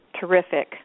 terrific